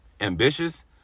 ambitious